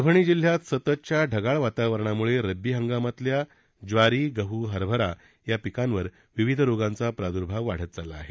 परभणी जिल्ह्यात सततच्या ढगाळ वातावरणामुळे रब्बी हंगामातल्या ज्वारी गहू हरबरा या पिकांवर विविध रोगांचा प्रादुर्भाव वाढत चालला आहे